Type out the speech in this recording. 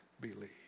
believe